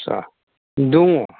आच्चा दङ